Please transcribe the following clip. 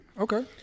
Okay